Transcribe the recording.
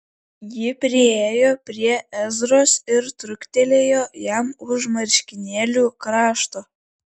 ji priėjo prie ezros ir truktelėjo jam už marškinėlių krašto